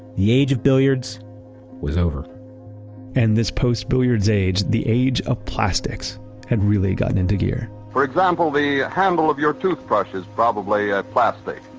the age of billiards was over and this post-billiards age, the age of plastics had really gotten into gear for example, the handle of your toothbrush is probably ah plastic,